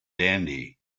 dandy